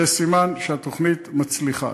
זה סימן שהתוכנית מצליחה.